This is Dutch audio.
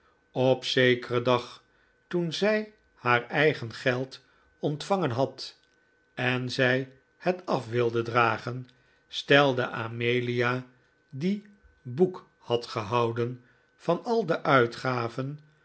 op zekeren dag toen zij haar eigen geld ontvangen had en zij het af wilde dragen stelde amelia die boek had gehouden van al de uitgaven